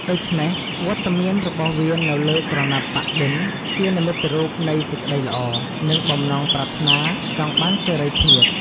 ដូច្នេះ វត្តមានរបស់វានៅលើក្រណាត់ប៉ាក់-ឌិន ជានិមិត្តរូបនៃសេចក្តីល្អ និងបំណងប្រាថ្នាចង់បានសេរីភាព។